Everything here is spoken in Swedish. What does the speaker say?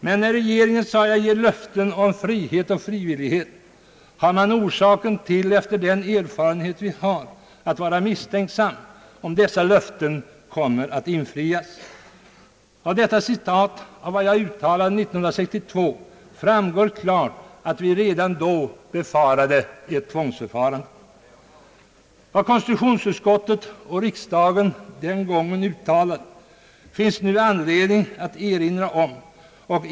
Men när regeringen ger löften om frihet och frivillighet har man orsak, efter den erfarenhet vi har, att vara misstänksamma om detta löfte kommer att infrias ———.» Av detta citat av vad jag uttalade 1962 framgår klart att vi redan då befarade ett tvångsförfarande. Vad konstitutionsutskottet och riksdagen den gången uttalade finns nu anledning att erinra om.